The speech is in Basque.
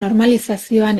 normalizazioan